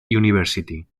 university